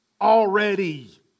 already